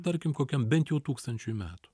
tarkim kokiam bent jau tūkstančiui metų